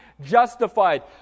justified